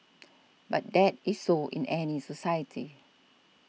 but that is so in any society